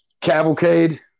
Cavalcade